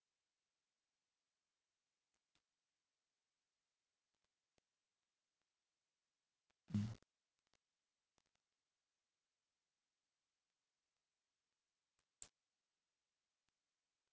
mm